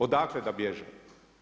Odakle da bježe?